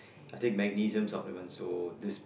I take magnesium supplements so this